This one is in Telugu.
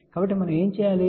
కాబట్టి మనం ఏమి చేయాలి